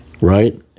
right